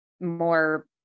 more